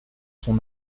son